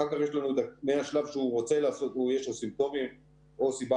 אחר כך יש לנו מהשלב שיש לו סימפטומים או סיבה